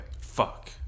Fuck